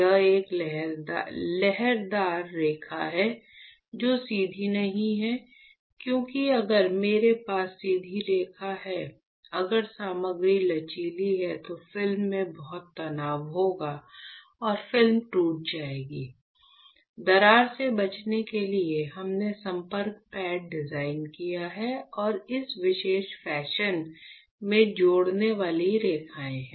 यह एक लहरदार रेखा है जो सीधी नहीं है क्योंकि अगर मेरे पास सीधी रेखा है अगर सामग्री लचीली है तो फिल्म में बहुत तनाव होगा और फिल्म टूट जाएगी दरार से बचने के लिए हमने संपर्क पैड डिजाइन किए हैं और इस विशेष फैशन में जोड़ने वाली रेखाएं हैं